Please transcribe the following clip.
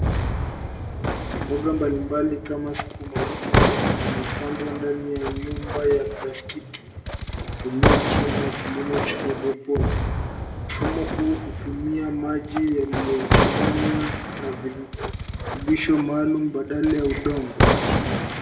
Mboga mbalimbali kama sukuma wiki na lettuce zimepandwa ndani ya nyumba ya plastiki, kutumia mfumo wa kilimo cha hydroponic . Mfumo huu hutumia maji yaliyochanganywa na virutubisho maalum badala ya udongo.